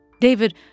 David